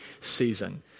season